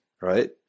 right